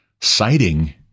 citing